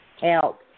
Help